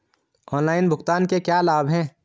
Online भुगतान के क्या लाभ हैं?